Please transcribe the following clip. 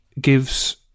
gives